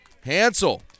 Hansel